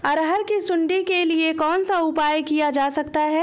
अरहर की सुंडी के लिए कौन सा उपाय किया जा सकता है?